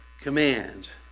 commands